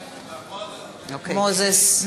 מוזס,